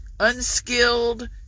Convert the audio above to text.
unskilled